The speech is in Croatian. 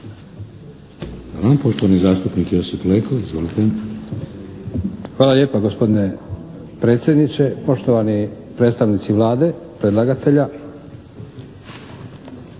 Hvala lijepo, gospodine predsjedniče, poštovani predstavnici Vlade, predlagatelja.